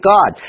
God